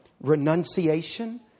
renunciation